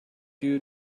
you